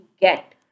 get